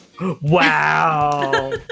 Wow